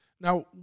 Now